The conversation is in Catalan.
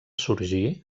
sorgir